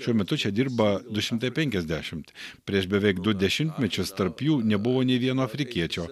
šiuo metu čia dirba du šimtai penkiasdešimt prieš beveik du dešimtmečius tarp jų nebuvo nė vieno afrikiečio